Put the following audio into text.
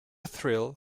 thrill